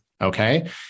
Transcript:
Okay